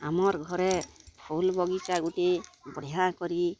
ଆମର୍ ଘରେ ଫୁଲ୍ ବଗିଚା ଗୁଟେ ବଢ଼ିଆକରି